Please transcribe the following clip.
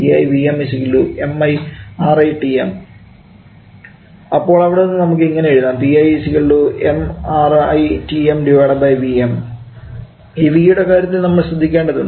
𝑃𝑖 𝑉𝑚 𝑚𝑖𝑅𝑖 𝑇𝑚 അപ്പോൾ അവിടെ നിന്നും നമുക്ക് എങ്ങനെ എഴുതാം ഈ V യുടെ കാര്യത്തിൽ നമ്മൾ ശ്രദ്ധിക്കേണ്ടതുണ്ട്